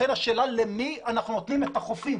לכן השאלה למי אנחנו נותנים את החופים.